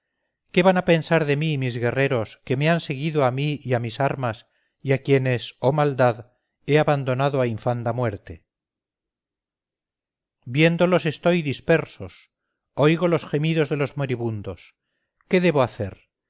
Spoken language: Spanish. qué van a pensar de mí mis guerreros que me han seguido a mi y a mis armas y a quienes oh maldad he abandonado a infanda muerte viéndolos estoy dispersos oigo los gemidos de los moribundos qué debo hacer